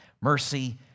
Mercy